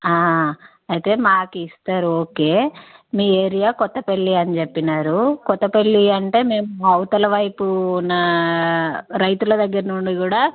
అయితే మాకు ఇస్తారు ఓకే మీ ఏరియా కొత్తపల్లి అని చెప్పారు కొత్తపల్లి అంటే మేము అవతల వైపు ఉన్న రైతుల దగ్గర నుండి కూడా